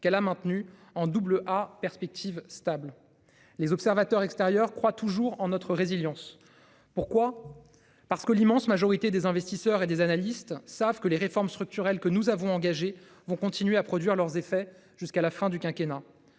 qu'elle a maintenus en double A, perspective stable. Les observateurs extérieurs croit toujours en notre résilience. Pourquoi. Parce que l'immense majorité des investisseurs et des analystes savent que les réformes structurelles que nous avons engagées vont continuer à produire leurs effets jusqu'à la fin du quinquennat.